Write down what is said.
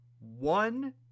one